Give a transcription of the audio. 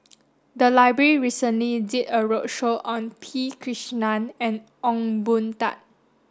the library recently did a roadshow on P Krishnan and Ong Boon Tat